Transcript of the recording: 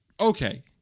Okay